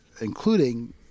including